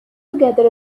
together